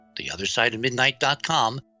theothersideofmidnight.com